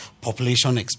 population